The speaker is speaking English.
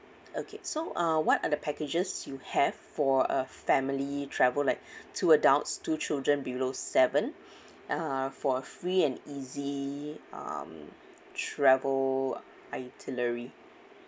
okay so uh what are the packages you have for a family travel like two adults two children below seven uh for a free and easy um travel itinerary